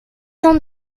cent